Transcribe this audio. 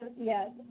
Yes